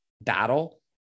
battle